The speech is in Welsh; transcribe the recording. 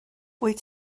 wyt